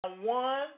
one